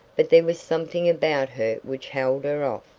but there was something about her which held her off.